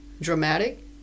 dramatic